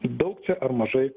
daug čia ar mažai